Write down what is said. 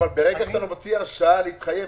אבל ברגע שאת המציע הרשאה להתחייב,